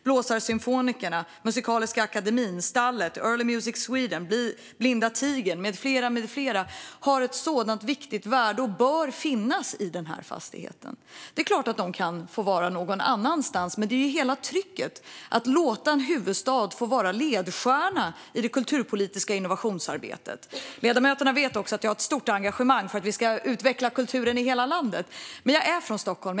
Blåsarsymfonikerna, Musikaliska Akademien, Stallet, Early Music Sweden, Blinda Tigern med flera har ett sådant viktigt värde och bör finnas i fastigheten. Det är klart att de kan få vara någon annanstans, men det handlar ju om hela trycket och om att låta en huvudstad få vara ledstjärna i det kulturpolitiska innovationsarbetet. Ledamöterna vet att jag har ett stort engagemang för att vi ska utveckla kulturen i hela landet, men jag är från Stockholm.